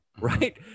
right